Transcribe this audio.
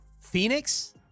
Phoenix